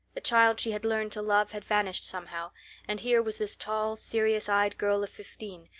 the child she had learned to love had vanished somehow and here was this tall, serious-eyed girl of fifteen,